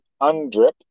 UNDRIP